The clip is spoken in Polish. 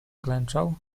klęczał